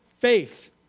Faith